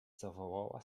zawołała